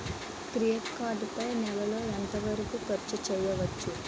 Credit card పై నెల లో ఎంత వరకూ ఖర్చు చేయవచ్చు?